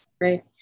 right